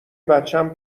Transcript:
بچم